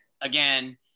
again